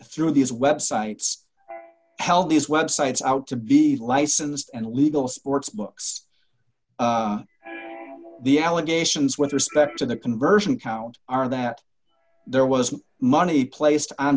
through these websites held these websites out to be licensed and legal sports books and the allegations with respect to the conversion count are that there was money placed on